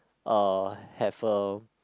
uh have a